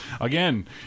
Again